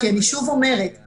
כי אני שוב אומרת,